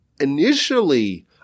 initially